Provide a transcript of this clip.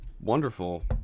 wonderful